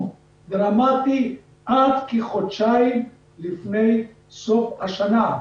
דרמטי עד כחודשיים לפני סוף השנה.